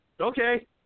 Okay